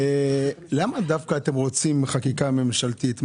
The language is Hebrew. למה אתם דווקא רוצים חקיקה ממשלתית?